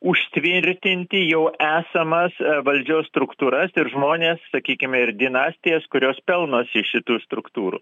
užtvirtinti jau esamas valdžios struktūras ir žmones sakykime ir dinastijas kurios pelnosi iš šitų struktūrų